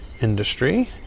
industry